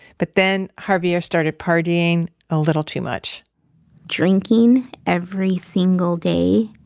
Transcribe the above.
but then javier started partying a little too much drinking, every single day.